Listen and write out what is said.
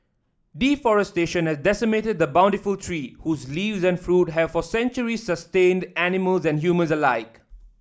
deforestation has decimated the bountiful tree whose leaves and fruit have for centuries sustained animals and humans alike